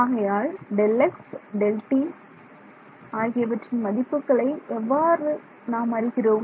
ஆகையால் Δx Δt ஆகியவற்றின் மதிப்புகள் எவ்வாறு நாம் அறிகிறோம்